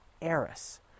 Eris